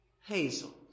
Hazel